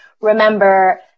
remember